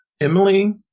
Emily